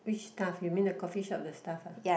which staff you mean the coffee shop the staff uh